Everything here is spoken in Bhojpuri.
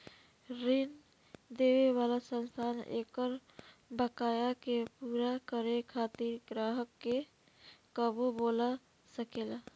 ऋण देवे वाला संस्था एकर बकाया के पूरा करे खातिर ग्राहक के कबो बोला सकेला